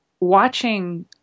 Watching